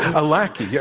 a lackey. yeah